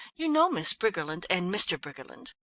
you know miss briggerland and mr. briggerland?